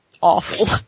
awful